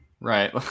right